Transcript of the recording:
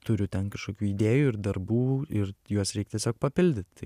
turiu ten kažkokių idėjų ir darbų ir juos reik tiesiog papildyti tai